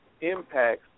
impacts